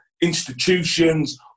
institutions